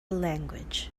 language